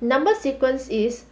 number sequence is